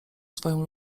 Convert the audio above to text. swoją